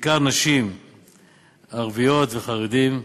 בעיקר נשים ערביות וחרדים.